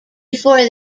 before